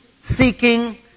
seeking